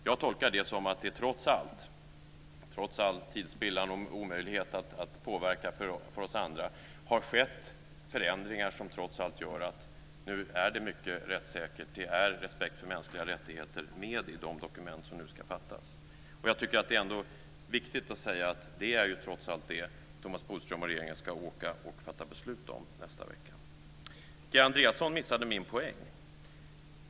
Jag tolkar det som att det trots all tidsspillan och omöjlighet att påverka för oss andra har skett förändringar som gör att de dokument som det nu ska fattas beslut om nu är mycket rättssäkra och innebär respekt för mänskliga rättigheter. Jag tycker att det är viktigt att säga att det trots allt är detta som Thomas Bodström och regeringen ska åka och fatta beslut om nästa vecka. Kia Andreasson missade min poäng.